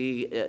be